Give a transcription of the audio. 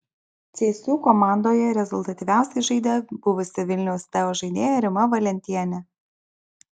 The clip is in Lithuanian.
cėsių komandoje rezultatyviausiai žaidė buvusi vilniaus teo žaidėja rima valentienė